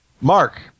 mark